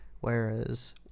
whereas